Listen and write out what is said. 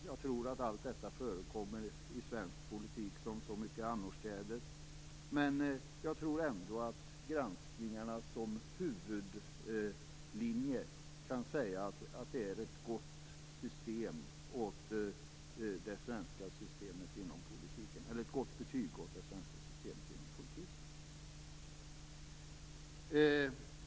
Jag tror att allt detta förekommer i svensk politik såväl som annorstädes. Men jag tror ändå att granskningarna som huvudlinje kan ge ett gott betyg åt det svenska systemet inom politiken.